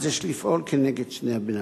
אז יש לפעול כנגד שני בני-הזוג,